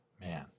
Man